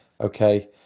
Okay